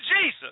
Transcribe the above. Jesus